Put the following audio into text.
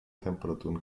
temperaturen